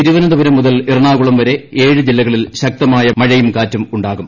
തിരുവനന്തപുരം മുതൽ എറണാകുളം വരെ ഏഴ് ജില്ലകളിൽ ശക്തമായ മഴയും കാറ്റും ഉണ്ടാകും